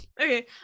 Okay